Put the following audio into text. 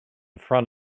front